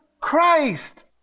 Christ